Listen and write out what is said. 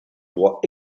droit